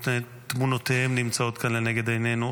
שתמונותיהם נמצאות כאן לנגד עינינו,